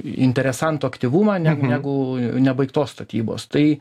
interesantų aktyvumą ne negu nebaigtos statybos tai